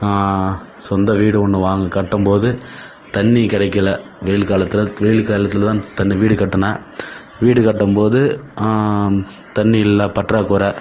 சொந்த வீடு ஒன்று வாங்க கட்டும்போது தண்ணி கிடைக்கல வெயில் காலத்தில் வெயில் காலத்தில்தான் தனி வீடு கட்டினேன் வீடு கட்டும்போது தண்ணி இல்லை பற்றாக்கொறை